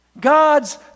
God's